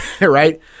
right